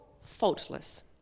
faultless